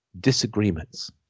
disagreements